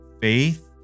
faith